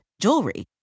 jewelry